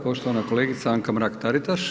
Poštovana kolegica Anka Mrak Taritaš.